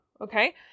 Okay